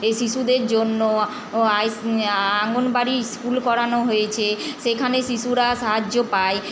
এই শিশুদের জন্য ও আইস আঙ্গনবাড়ি স্কুল করানো হয়েছে সেখানে শিশুরা সাহায্য পায়